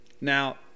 Now